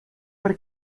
per